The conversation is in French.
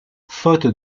faute